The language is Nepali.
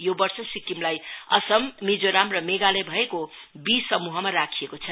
यो वर्ष सिक्किमलाई यसमा मिजोराम र मेघालय भएको बी समूहमा राखिएको छ